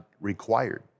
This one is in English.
required